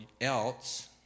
else